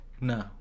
No